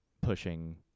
pushing